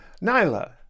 Nyla